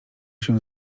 się